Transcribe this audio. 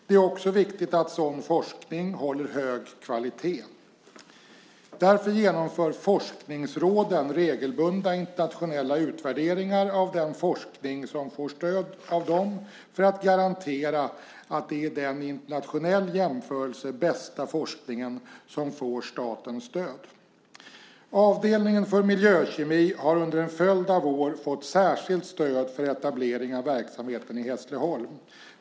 Det är också viktigt att sådan forskning håller högsta kvalitet. Därför genomför forskningsråden regelbundna internationella utvärderingar av den forskning som får stöd av dem för att garantera att det är den i internationell jämförelse bästa forskningen som får statens stöd. Avdelningen för miljökemi har under en följd av år fått särskilt stöd för etablering av verksamheten i Hässleholm.